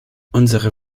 unserer